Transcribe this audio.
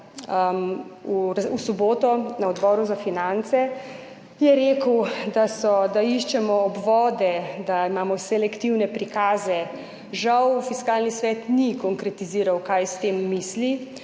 v soboto na Odboru za finance rekel, da iščemo obvode, da imamo selektivne prikaze. Žal Fiskalni svet ni konkretiziral, kaj s tem misli,